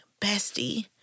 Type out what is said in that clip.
bestie